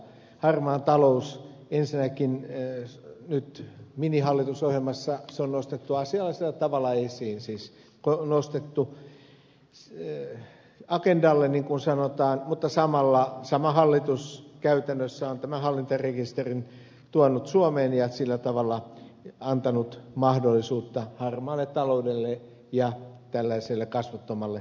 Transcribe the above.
harmaa talous ensinnäkin nyt minihallitusohjelmassa on nostettu asiallisella tavalla esiin nostettu agendalle niin kuin sanotaan mutta sama hallitus käytännössä on tämän hallintarekisterin tuonut suomeen ja sillä tavalla antanut mahdollisuutta harmaalle taloudelle ja tällaiselle kasvottomalle omistamiselle